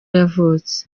yavutse